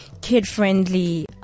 Kid-friendly